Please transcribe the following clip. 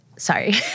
Sorry